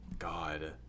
God